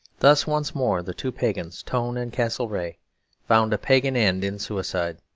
thus, once more, the two pagans, tone and castlereagh, found a pagan end in suicide.